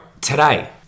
today